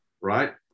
right